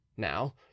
Now